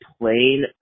plain